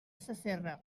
sasserra